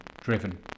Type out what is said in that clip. driven